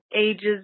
ages